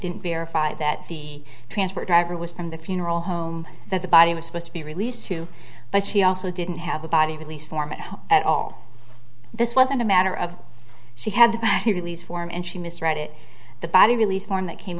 didn't verify that the transfer driver was from the funeral home that the body was supposed to be released to but she also didn't have a body release form at all this wasn't a matter of she had to release form and she misread it the body released form that came